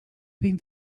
have